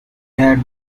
had